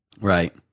right